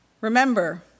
Remember